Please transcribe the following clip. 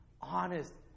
honest